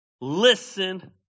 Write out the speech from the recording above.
listen